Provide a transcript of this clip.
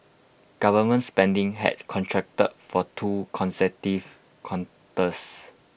government spending had contracted for two consecutive quarters